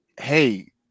hey